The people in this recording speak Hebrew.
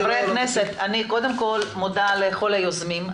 חברי הכנסת, אני מודה לכל היוזמים.